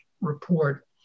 report